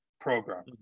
program